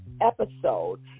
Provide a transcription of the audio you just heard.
episode